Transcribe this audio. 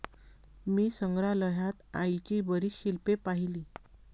मी संग्रहालयात आईची बरीच शिल्पे पाहिली